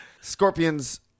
Scorpions